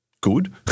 good